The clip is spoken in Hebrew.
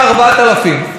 הסכומים מתפרסמים,